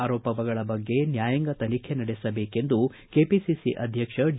ಆರೋಪಗಳ ಬಗ್ಗೆ ನ್ಯಾಯಾಂಗ ತನಿಖೆ ನಡೆಸಬೇಕೆಂದು ಕೆಪಿಸಿಸಿ ಅಧ್ಯಕ್ಷ ಡಿ